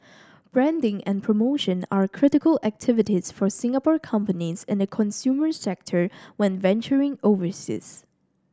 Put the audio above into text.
branding and promotion are critical activities for Singapore companies in the consumer sector when venturing overseas